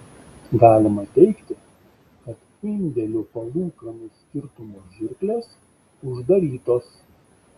galima teigti kad indėlių palūkanų skirtumo žirklės uždarytos